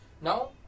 Now